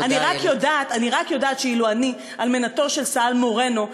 אני רק יודעת שאילו אני אלמנתו של סא"ל מורנו,